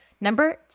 Number